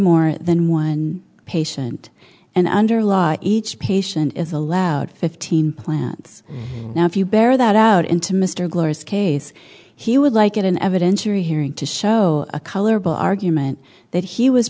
more than one patient and under law each patient is allowed fifteen plants now if you bear that out into mr gloria's case he would like it an evidentiary hearing to show a color bull argument that he was